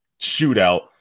shootout